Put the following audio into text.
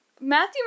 Matthew